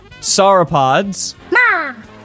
Sauropods